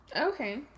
Okay